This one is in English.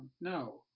no